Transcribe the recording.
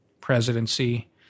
presidency